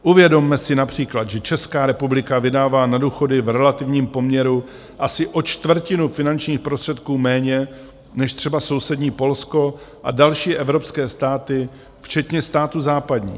Uvědomme si například, že Česká republika vydává na důchody v relativním poměru asi o čtvrtinu finančních prostředků méně než třeba sousední Polsko a další evropské státy, včetně států západních.